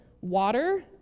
water